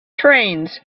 trains